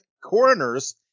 coroners